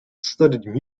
studied